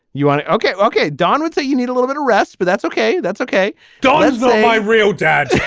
you want to. ok. ok. don with that you need a little bit of rest but that's ok. that's ok don is my real dad.